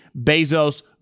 Bezos